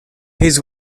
his